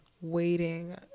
waiting